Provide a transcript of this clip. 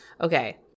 Okay